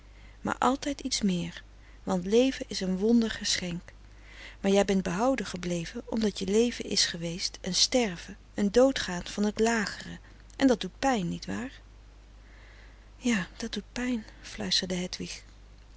maar altijd iets meer want leven is een wonder geschenk maar jij bent behouden gebleven omdat je leven is geweest een sterven een doodgaan van het lagere en dat doet pijn niewaar ja dat doet pijn fluisterde